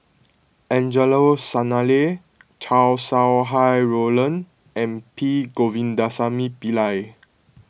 Angelo Sanelli Chow Sau Hai Roland and P Govindasamy Pillai